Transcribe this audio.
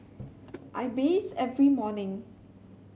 I bathe every morning